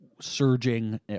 surging